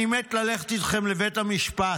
אני מת ללכת איתכם לבית המשפט.